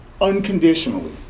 unconditionally